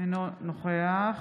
אינו נוכח